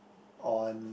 on